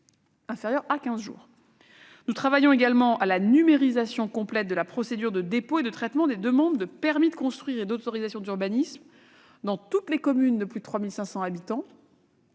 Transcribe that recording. inférieur à quinze jours. Nous travaillons également à la numérisation complète de la procédure de dépôt et de traitement des demandes de permis de construire et d'autorisations d'urbanisme dans les communes de plus de 3 500 habitants